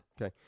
Okay